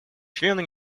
члены